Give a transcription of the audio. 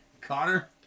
Connor